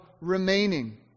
remaining